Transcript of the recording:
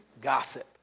gossip